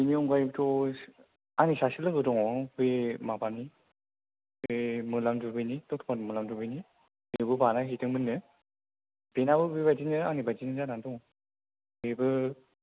बेनि अनगायैथ' आंनि सासे लोगो दङ बे माबानि बे मलानदुबिनि दत'मानि मलानदुबिनि बेबो बानाय हैदोंमोननो बेनाबो बे बाइदिनो आंनि बायदिनो जानानै दङ बेबो